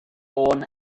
born